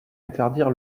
interdire